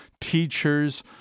teachers